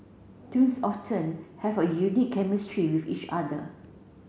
twins often have a unique chemistry with each other